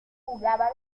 jugaba